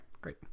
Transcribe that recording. great